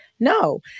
No